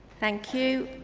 thank you.